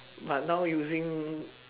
but now using